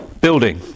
building